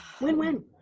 win-win